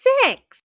six